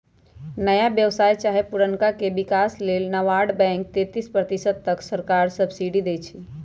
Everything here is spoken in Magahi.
नया व्यवसाय चाहे पुरनका के विकास लेल नाबार्ड बैंक तेतिस प्रतिशत तक सरकारी सब्सिडी देइ छइ